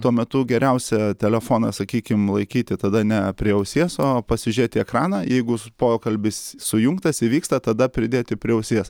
tuo metu geriausia telefoną sakykim laikyti tada ne prie ausies o pasižiūrėti ekraną jeigu pokalbis sujungtas įvyksta tada pridėti prie ausies